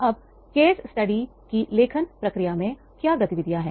अब case study की लेखन प्रक्रिया में क्या गतिविधियां है